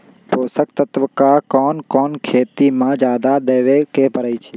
पोषक तत्व क कौन कौन खेती म जादा देवे क परईछी?